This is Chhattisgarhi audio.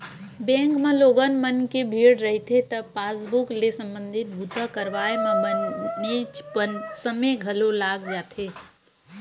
बेंक म लोगन मन के भीड़ रहिथे त पासबूक ले संबंधित बूता करवाए म बनेचपन समे घलो लाग जाथे